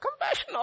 compassion